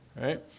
right